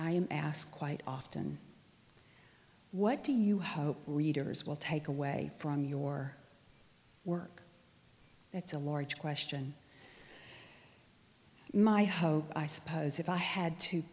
i am asked quite often what do you hope readers will take away from your work that's a large question my hope i suppose if i had to